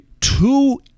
two